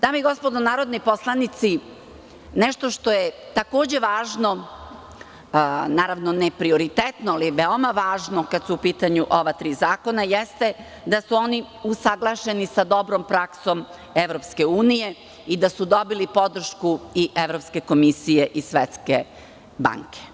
Dame i gospodo narodni poslanici, nešto što je takođe važno, naravno, ne prioritetno, ali veoma je važno kada su u pitanju ova tri zakona to da su oni usaglašeni sa dobrom praksom EU i da su dobili podršku i Evropske komisije i Svetske banke.